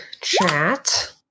chat